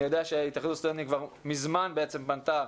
אני יודע שהתאחדות הסטודנטים מזמן פנתה